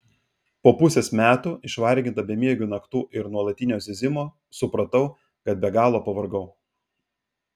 po pusės metų išvarginta bemiegių naktų ir nuolatinio zyzimo supratau kad be galo pavargau